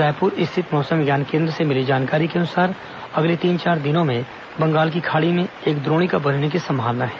रायपुर स्थित मौसम विज्ञान केंद्र से मिली जानकारी के अनुसार अगले तीन चार दिनों में बंगाल की खाड़ी में एक द्रोणिका बनने की संभावना है